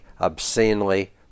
obscenely